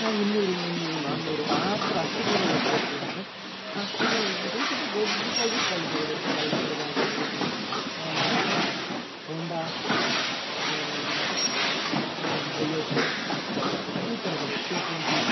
ನಾವು ಇನ್ನೂರು ಮುನ್ನೂರು ನಾನೂರು ಆತರ ಅಷ್ಟು ದೂರ ಹೋಗ್ಬೇಕು ಅಂದರೆ ಅಷ್ಟು ದೂರ ಹೋಗ್ಬೇಕರೆ ಸ್ವಲ್ಪ ದೊಡ್ಡದಾಗಿದ್ದ ಗಾಡಿ ತಗೋಬೇಕು ಪಲ್ಸರ್ ಆಗಿರ್ಬೋದು ಆಮೇಲೆ ಹೋಂಡಾ ಅದಾದಮೇಲೆ ಬುಲೆಟ್ ಈ ಥರ ಗಾಡಿಗಳ್ ಕೆ ಟ್ವೆಂಟಿ